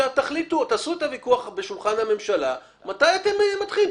תעשו את הוויכוח בשולחן הממשלה מתי אתם מתחילים.